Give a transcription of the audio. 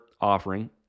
offering